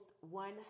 one